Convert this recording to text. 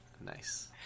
nice